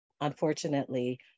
unfortunately